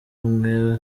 umwe